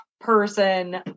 person